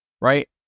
right